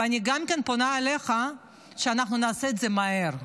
ואני גם כן פונה אליך, שאנחנו נעשה את זה מהר.